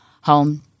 home